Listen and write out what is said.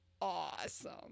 awesome